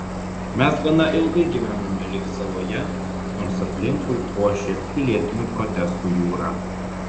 mes gana ilgai gyvenome lyg saloje nors aplinkui ošė pilietinių protestų jūra